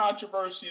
controversy